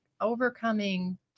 overcoming